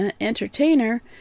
entertainer